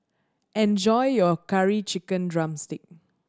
enjoy your Curry Chicken drumstick